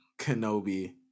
Kenobi